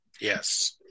yes